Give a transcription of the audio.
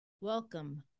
Welcome